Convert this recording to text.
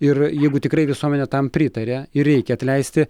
ir jeigu tikrai visuomenė tam pritaria ir reikia atleisti